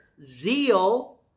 Zeal